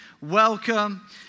Welcome